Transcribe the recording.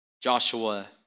Joshua